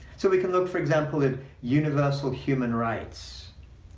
so we can look, for example, at universal human rights.